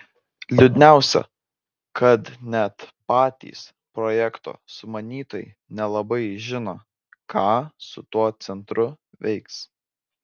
liūdniausia kad net patys projekto sumanytojai nelabai žino ką su tuo centru veiks